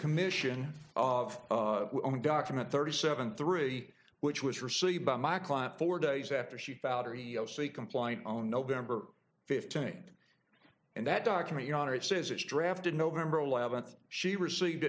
commission of the document thirty seven three which was received by my client four days after she found her yossi compliant on november fifteenth and that document your honor it says it's drafted nov eleventh she received